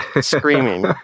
screaming